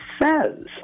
says